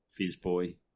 Fizzboy